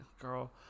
Girl